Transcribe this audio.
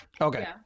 Okay